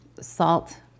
salt